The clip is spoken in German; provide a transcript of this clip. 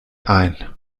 ein